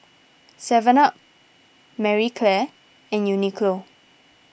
Seven Up Marie Claire and Uniqlo